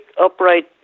upright